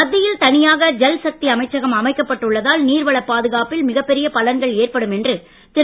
மத்தியில் தனியாக ஜல்சக்தி அமைச்சகம் அமைக்கப்பட்டு உள்ளதால் நீர் வளப் பாதுகாப்பில் மிகப் பெரிய பலன்கள் ஏற்படும் என்று திரு